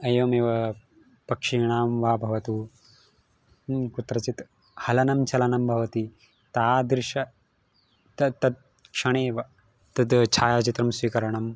एवमेव पक्षिणां वा भवतु कुत्रचित् चलनं चलनं भवति तादृशं त तत्क्षणे एव तद् छायाचित्रं स्वीकरणं